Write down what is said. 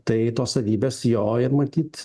tai tos savybės jo ir matyt